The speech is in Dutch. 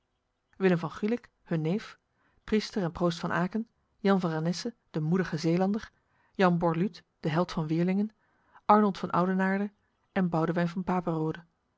willem van gulik hun neef priester en proost van aken jan van renesse de moedige zeelander jan borluut de held van weeringen arnold van oudenaarde en boudewyn van